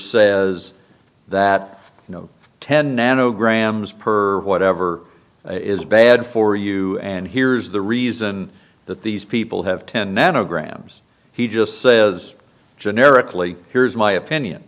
says that the ten nanograms per whatever is bad for you and here's the reason that these people have ten nanograms he just says generically here's my opinion